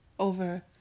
Over